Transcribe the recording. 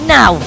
Now